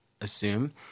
assume